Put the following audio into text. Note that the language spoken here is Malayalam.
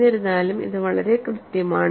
എന്നിരുന്നാലും ഇത് വളരെ കൃത്യമാണ്